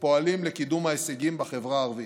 ופועלים לקידום ההישגים בחברה הערבית.